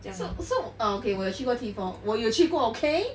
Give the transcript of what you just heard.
so so ah okay 我有去过 T four 我有去过 okay